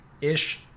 ish